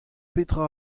petra